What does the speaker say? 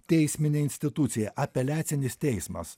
teisminė institucija apeliacinis teismas